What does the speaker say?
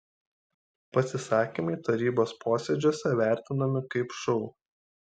pasisakymai tarybos posėdžiuose vertinami kaip šou